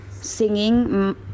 singing